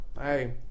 hey